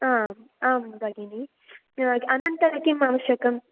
आ आं भगिनि अनन्तरं किम् आवश्यकम्